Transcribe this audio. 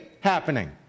happening